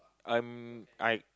um I